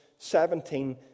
17